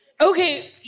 Okay